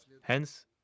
Hence